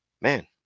man